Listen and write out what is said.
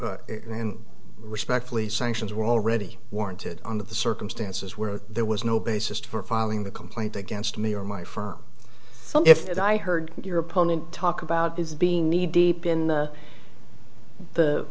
g and respectfully sanctions were already warranted under the circumstances where there was no basis for filing the complaint against me or my firm so if as i heard your opponent talk about this being kneedeep in the the